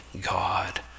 God